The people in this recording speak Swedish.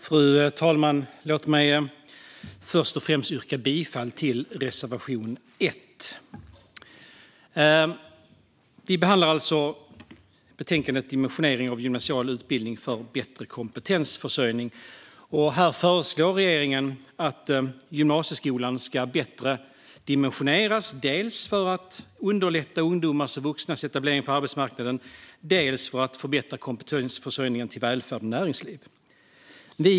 Fru talman! Låt mig först och främst yrka bifall till reservation 1. Vi behandlar alltså betänkandet Dimensionering av gymnasial utbildning för bättre kompetensförsörjning . Regeringen föreslår att gymnasieskolan ska dimensioneras bättre, dels för att underlätta ungdomars och vuxnas etablering på arbetsmarknaden, dels för att förbättra kompetensförsörjningen till välfärd och näringsliv.